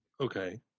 Okay